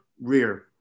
rear